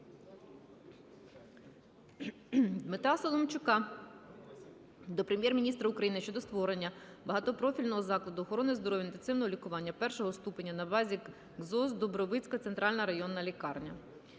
Дмитра Соломчука до Прем'єр-міністра України щодо створення багатопрофільного закладу охорони здоров'я інтенсивного лікування першого ступеня на базі КЗОЗ "Дубровицька центральна районна лікарня".